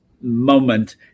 moment